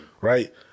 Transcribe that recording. right